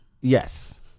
Yes